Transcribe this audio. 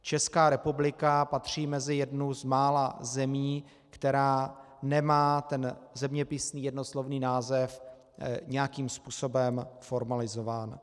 Česká republika patří mezi jednu z mála zemí, která nemá ten zeměpisný jednoslovný název nějakým způsobem formalizován.